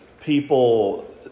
people